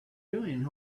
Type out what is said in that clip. doing